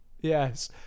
Yes